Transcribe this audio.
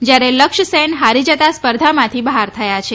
જ્યારે લક્ષ્ય સેન હારી જતા સ્પર્ધામાંથી બહાર થયા છે